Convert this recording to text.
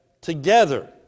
together